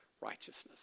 righteousness